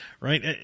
right